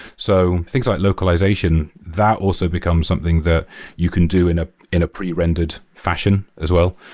so things like localization, that also become something that you can do in ah in pre-rendered fashion as well.